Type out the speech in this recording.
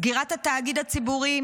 סגירת התאגיד הציבורי,